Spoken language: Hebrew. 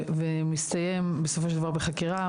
ומסתיים בסופו של דבר בחקירה,